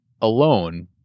alone